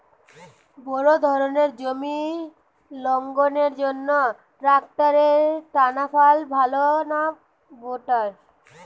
Bore ধানের জমি লাঙ্গলের জন্য ট্রাকটারের টানাফাল ভালো না রোটার?